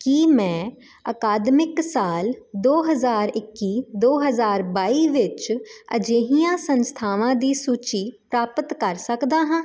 ਕੀ ਮੈਂ ਅਕਾਦਮਿਕ ਸਾਲ ਦੋ ਹਜ਼ਾਰ ਇੱਕੀ ਦੋ ਹਜ਼ਾਰ ਬਾਈ ਵਿੱਚ ਅਜਿਹੀਆਂ ਸੰਸਥਾਵਾਂ ਦੀ ਸੂਚੀ ਪ੍ਰਾਪਤ ਕਰ ਸਕਦਾ ਹਾਂ